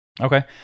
Okay